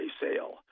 Sale